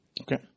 Okay